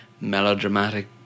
melodramatic